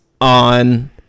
on